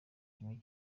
kimwe